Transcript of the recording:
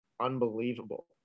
unbelievable